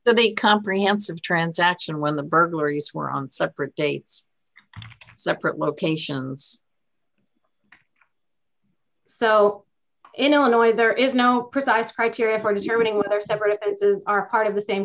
they comprehensive transaction when the burglaries were on separate dates separate locations so in illinois there is no precise criteria for determining whether separate are part of the same